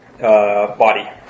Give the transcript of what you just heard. Body